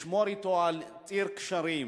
לשמור אתו על ציר קשרים,